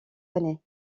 années